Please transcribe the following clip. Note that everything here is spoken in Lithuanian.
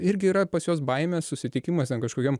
irgi yra pas juos baimės susitikimas ten kažkokiam